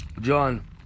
John